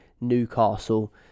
Newcastle